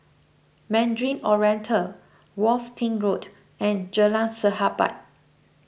Mandarin Oriental Worthing Road and Jalan Sahabat